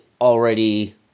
already